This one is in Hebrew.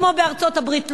כמו בארצות-הברית?